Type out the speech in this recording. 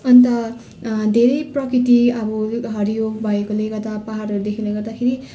अन्त धेरै प्रकृति अब हरियो भएकोले गर्दा पहाडहरूदेखिले गर्दाखेरि